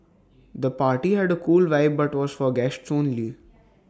the party had A cool vibe but was for guests only